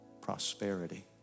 prosperity